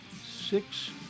six